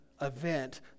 event